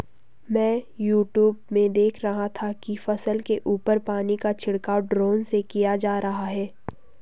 मैं यूट्यूब में देख रहा था कि फसल के ऊपर पानी का छिड़काव ड्रोन से किया जा रहा है